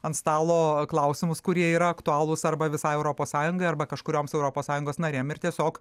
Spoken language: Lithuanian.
ant stalo klausimus kurie yra aktualūs arba visai europos sąjungai arba kažkurioms europos sąjungos narėm ir tiesiog